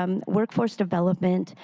um workforce development,